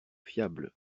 fiable